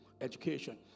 education